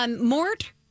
Mort